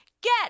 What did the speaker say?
Get